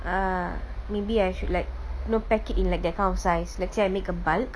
err maybe I should like you know pack it in like that kind of size let's say I make a bulk